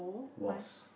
was